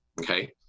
Okay